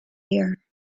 hair